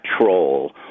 troll